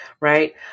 right